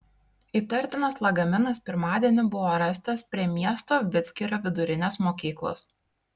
įtartinas lagaminas pirmadienį buvo rastas prie miesto vidzgirio vidurinės mokyklos